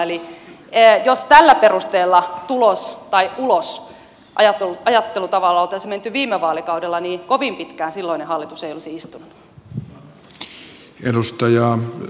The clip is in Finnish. eli jos tällä perusteella tulos tai ulos ajattelutavalla oltaisiin menty viime vaalikaudella niin kovin pitkään silloinen hallitus ei olisi istunut